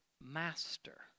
Master